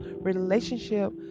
relationship